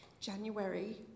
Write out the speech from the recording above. January